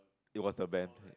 it was the ban